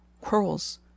quarrels